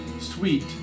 sweet